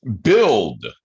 build